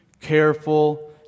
careful